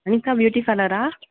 Anitha beauty பார்லரா